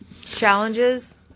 Challenges